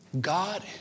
God